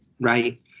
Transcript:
right